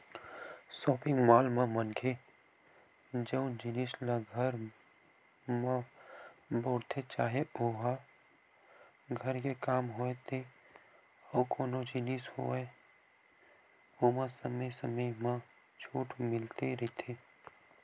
shopping mall म मनखे जउन जिनिस ल घर म बउरथे चाहे ओहा घर के काम होय ते अउ कोनो जिनिस होय ओमा समे समे म छूट मिलते रहिथे